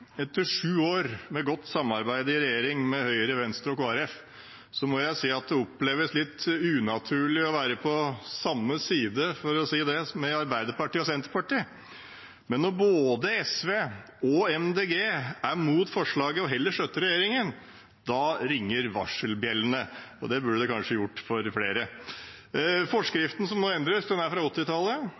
Etter sju år med godt samarbeid i regjering med Høyre, Venstre og Kristelig Folkeparti må jeg si at det oppleves litt unaturlig å være på samme side – for å si det slik – som Arbeiderpartiet og Senterpartiet. Men når både SV og MDG er imot forslaget og heller støtter regjeringen, ringer varselklokkene. Det burde de kanskje gjort for flere. Forskriften som nå endres, er fra